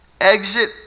exit